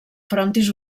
frontis